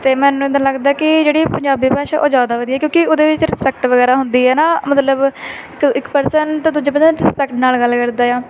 ਅਤੇ ਮੈਨੂੰ ਤਾਂ ਲੱਗਦਾ ਕਿ ਜਿਹੜੀ ਪੰਜਾਬੀ ਭਾਸ਼ਾ ਉਹ ਜ਼ਿਆਦਾ ਵਧੀਆ ਕਿਉਂਕਿ ਉਹਦੇ ਵਿੱਚ ਰਿਸਪੈਕਟ ਵਗੈਰਾ ਹੁੰਦੀ ਹੈ ਨਾ ਮਤਲਬ ਇੱਕ ਇੱਕ ਪਰਸਨ ਅਤੇ ਦੂਜੇ ਰਿਸਪੈਕਟ ਨਾਲ ਗੱਲ ਕਰਦਾ ਆ